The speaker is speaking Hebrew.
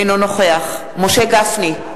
אינו נוכח משה גפני,